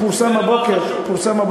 זה פורסם ממש הבוקר בתקשורת.